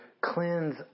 cleanse